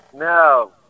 No